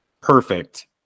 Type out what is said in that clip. perfect